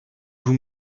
vous